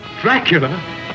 Dracula